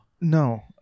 No